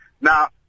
Now